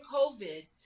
COVID